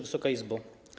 Wysoka Izbo!